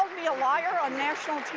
me a liar on national